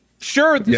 Sure